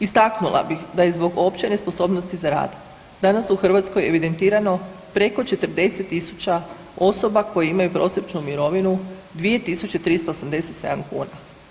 Istaknula bi da je zbog opće nesposobnosti za rad danas u Hrvatskoj evidentirano preko 40.000 osoba koje imaju prosječnu mirovinu 2.387 kuna.